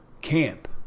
camp